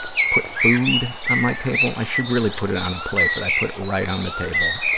put food on my table. i should really put it on a plate, but i put it right on the table.